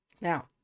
Now